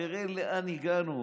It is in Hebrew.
תראה לאן הגענו.